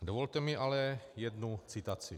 Dovolte mi ale jednu citaci: